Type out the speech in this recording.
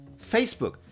Facebook